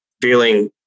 feeling